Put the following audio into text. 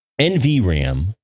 nvram